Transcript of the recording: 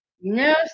No